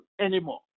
anymore